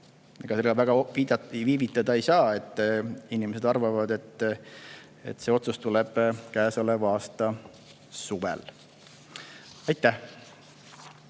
ega sellega väga viivitada ei saa. Inimesed arvavad, et see otsus tuleb käesoleva aasta suvel. Aitäh!